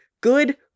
good